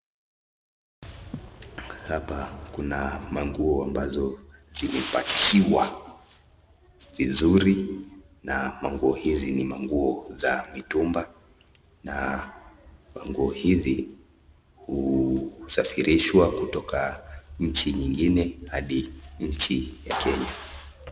Hapana kuna maguo ambazo zimepakiwa vizuri na manguo hizi ni nguo za mitumba na manguo hizi husafirishwa kutoka nchi ingine Hadi nchi ya Kenya.